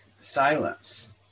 silence